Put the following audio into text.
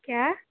کیا